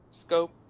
scope